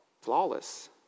flawless